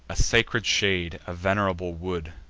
a sacred shade, a venerable wood,